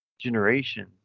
generation